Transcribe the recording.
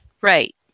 Right